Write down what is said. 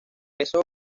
eso